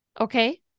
Okay